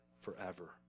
forever